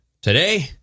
today